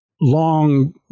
long